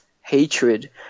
hatred